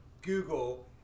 Google